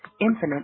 infinite